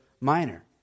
Minor